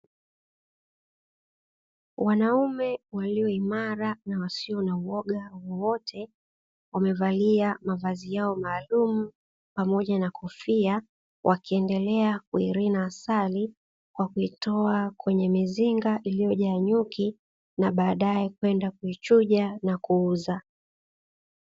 Wanaume walio imara na wasio na uoga wowote, wamevalia mavazi yao maalumu pamoja na kofia, wakiendelea kuirina asali kwa kuitoa kwenye mizinga iliyojaa nyuki na baadaye kwenda kuichuja na kuuza.